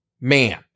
Man